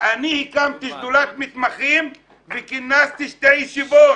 אני הקמתי שדולת מתמחים וכינסתי שתי ישיבות,